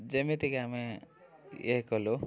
ଯେମିତିକି ଆମେ ଇଏ କଲୁ